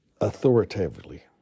authoritatively